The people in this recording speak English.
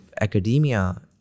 academia